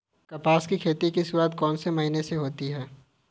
कपास की खेती की शुरुआत कौन से महीने से होती है?